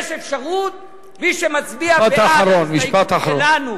יש אפשרות שמי שמצביע בעד ההסתייגות שלנו